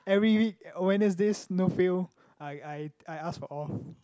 every week Wednesdays no fail I I I ask for off